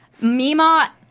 Mima